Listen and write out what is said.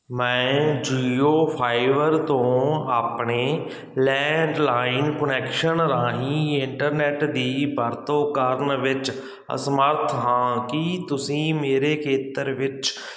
ਮੈਂ ਜੀਓ ਫਾਈਬਰ ਤੋਂ ਆਪਣੇ ਲੈਂਡਲਾਈਨ ਕੁਨੈਕਸ਼ਨ ਰਾਹੀਂ ਇੰਟਰਨੈੱਟ ਦੀ ਵਰਤੋਂ ਕਰਨ ਵਿੱਚ ਅਸਮਰੱਥ ਹਾਂ ਕੀ ਤੁਸੀਂ ਮੇਰੇ ਖੇਤਰ ਵਿੱਚ